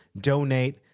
donate